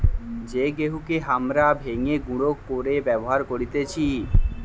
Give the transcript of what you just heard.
যেই গেহুকে হামরা ভেঙে গুঁড়ো করে ব্যবহার করতেছি